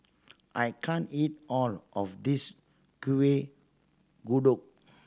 I can't eat all of this Kuih Kodok